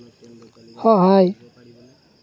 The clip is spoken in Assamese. সহায়